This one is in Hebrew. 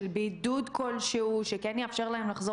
של בידוד כלשהו שיאפשר להם לחזור